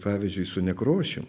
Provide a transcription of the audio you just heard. pavyzdžiui su nekrošium